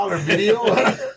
video